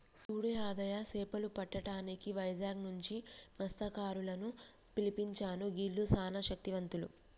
సూడు యాదయ్య సేపలు పట్టటానికి వైజాగ్ నుంచి మస్త్యకారులను పిలిపించాను గీల్లు సానా శక్తివంతులు